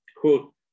quote